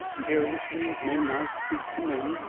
carelessly, as men now speak to men.